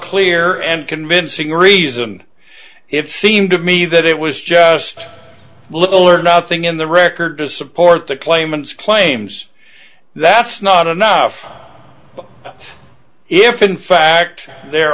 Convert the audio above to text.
clear and convincing reason it seemed to me that it was just little or nothing in the record to support the claimants claims that's not enough if in fact there